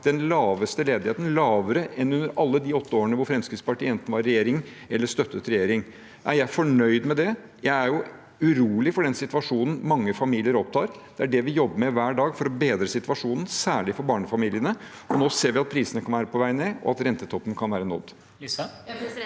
den laveste ledigheten, lavere enn under alle de åtte årene hvor Fremskrittspartiet enten var i regjering eller støttet regjeringen. Er jeg fornøyd med det? Jeg er urolig for den situasjonen mange familier opplever. Det er dette vi jobber med hver dag, for å bedre situasjonen, særlig for barnefamiliene. Nå ser vi at prisene kan være på vei ned, og at rentetoppen kan være nådd.